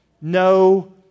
No